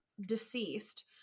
deceased